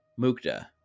Mukta